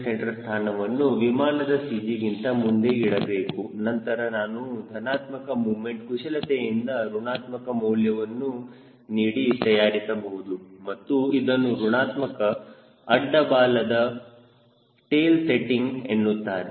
c ಸ್ಥಾನವನ್ನು ವಿಮಾನದ CG ಗಿಂತ ಮುಂದೆ ಇಡಬೇಕು ನಂತರ ನಾನು ಧನಾತ್ಮಕ ಮೂಮೆಂಟ್ ಕುಶಲತೆಯಿಂದ ಋಣಾತ್ಮಕ ಮೌಲ್ಯವನ್ನು ನೀಡಿ ತಯಾರಿಸಬಹುದು ಮತ್ತು ಇದನ್ನು ಋಣಾತ್ಮಕ ಅಡ್ಡ ಬಾಲದ ಟೆಲ್ ಸೆಟ್ಟಿಂಗ್ ಎನ್ನುತ್ತಾರೆ